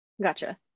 Gotcha